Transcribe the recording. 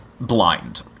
blind